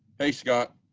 hey scott.